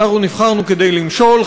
אנחנו נבחרנו כדי למשול,